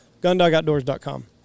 Gundogoutdoors.com